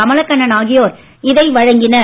கமலக் கண்ணன் ஆகியோர் இதை வழங்கினர்